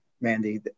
Mandy